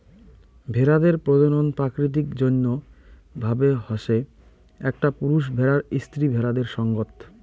ভেড়াদের প্রজনন প্রাকৃতিক জইন্য ভাবে হসে একটা পুরুষ ভেড়ার স্ত্রী ভেড়াদের সঙ্গত